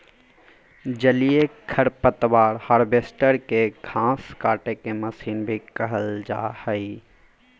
जलीय खरपतवार हार्वेस्टर, के घास काटेके मशीन भी कहल जा हई